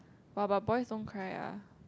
but but boys don't cry ah